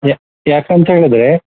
ಯ ಯಾಕೆ ಅಂತೇಳಿದರೆ